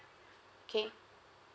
okay